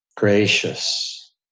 Gracious